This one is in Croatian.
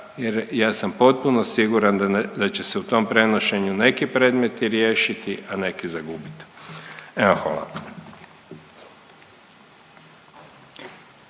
jer ja sam potpuno siguran da će se u tom prenošenju neki predmeti riješiti, a neki zagubit. Evo, hvala.